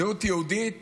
זהות יהודית